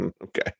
okay